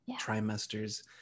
trimesters